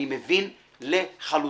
אני מבין לחלוטין.